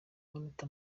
ute